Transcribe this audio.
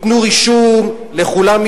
ייתנו רישום לכולם,